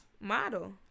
Model